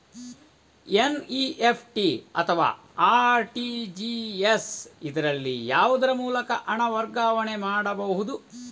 NEFT ಅಥವಾ RTGS, ಇದರಲ್ಲಿ ಯಾವುದರ ಮೂಲಕ ಹಣ ವರ್ಗಾವಣೆ ಮಾಡಬಹುದು?